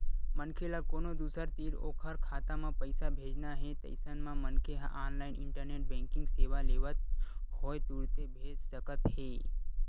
मनखे ल कोनो दूसर तीर ओखर खाता म पइसा भेजना हे अइसन म मनखे ह ऑनलाइन इंटरनेट बेंकिंग सेवा लेवत होय तुरते भेज सकत हे